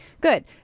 good